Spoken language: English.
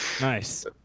Nice